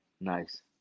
Nice